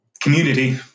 Community